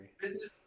Business